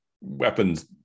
weapons